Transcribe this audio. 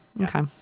Okay